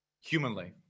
humanly